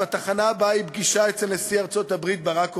והתחנה הבאה היא פגישה אצל נשיא ארצות-הברית ברק אובמה.